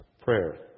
prayer